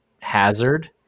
hazard